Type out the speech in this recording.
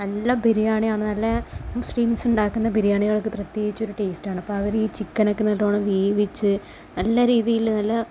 നല്ല ബിരിയാണിയാണ് നല്ല മുസ്ലിംസ് ഉണ്ടാക്കുന്ന ബിരിയാണികള്ക്ക് പ്രത്യേകിച്ച് ഒരു ടേസ്റ്റ് ആണ് അപ്പോൾ അവർ ഈ ചിക്കനൊക്കെ നല്ലോണം വേവിച്ച് നല്ല രീതിയിൽ നല്ല